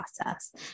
process